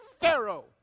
Pharaoh